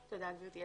תודה, גברתי.